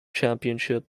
championship